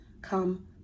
come